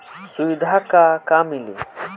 सुविधा का का मिली?